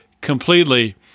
completely